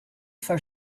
for